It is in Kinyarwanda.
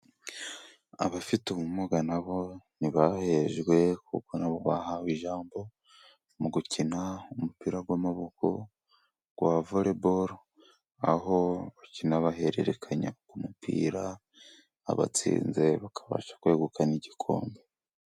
Abafite ubumuga nabo ntibahejwe. Kuko nabo bahawe ijambo mu gukina umupira w'amaboko wa vale bolo. Aho bakina bahererekanya ku mupira. Abatsinze bakabasha kwegukana igikombe.